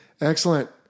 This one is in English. Excellent